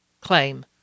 claim